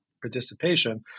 participation